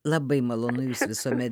labai malonu jūs visuomet